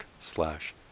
slash